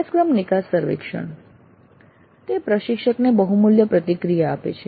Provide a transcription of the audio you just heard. અભ્યાસક્રમ નિકાસ સર્વેક્ષણ તે પ્રશિક્ષકને બહુમૂલ્ય પ્રતિક્રિયા આપે છે